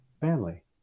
family